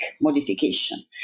modification